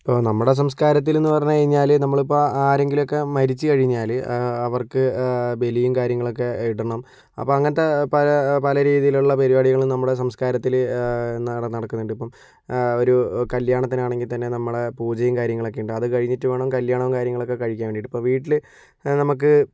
അപ്പോൾ നമ്മുടെ സംസ്കാരത്തിലെന്നു പറഞ്ഞ് കഴിഞ്ഞാൽ നമ്മളിപ്പോൾ ആരെങ്കിലൊക്കെ മരിച്ചു കഴിഞ്ഞാൽ അവർക്ക് ബലിയും കാര്യങ്ങളൊക്കെ ഇടണം അപ്പോൾ അങ്ങനത്തെ പല പല രീതിയിലുള്ള പരിപാടികൾ നമ്മുടെ സംസ്കാരത്തിൽ നടക്കുന്നുണ്ട് ഇപ്പോൾ ഒരു കല്യാണത്തിനാണെങ്കിൽ തന്നെ നമ്മടെ പൂജയും കാര്യങ്ങളൊക്കെയുണ്ട് അത് കഴിഞ്ഞിട്ട് വേണം കല്യാണവും കാര്യങ്ങളൊക്കെ കഴിക്കാൻ വേണ്ടിയിട്ട് ഇപ്പോൾ വീട്ടിൽ നമുക്ക്